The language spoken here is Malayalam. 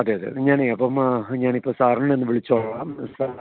അതേ അതേ ഞാനെ അപ്പം ആ ഞാനിപ്പോൾ സാറിനെ ഒന്നു വിളിച്ചോളാം സാർ